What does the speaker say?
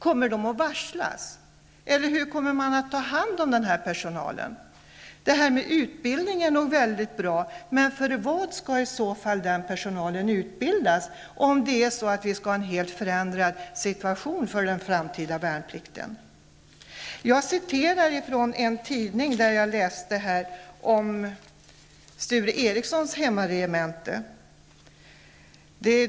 Kommer de att varslas, eller hur kommer man att ta hand om personalen? Detta med utbildning är nog mycket bra, men till vad skall i så fall personalen utbildas om vi skall ha en helt förändrad situation när det gäller den framtida värnplikten? Jag läste i en tidning om regementet i Sture Ericsons hemlän.